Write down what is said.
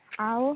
ଆଉ